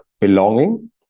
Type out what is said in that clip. belonging